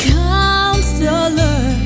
counselor